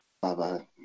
Bye-bye